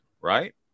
right